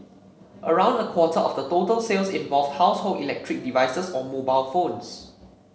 around a quarter of the total sales involved household electric devices or mobile phones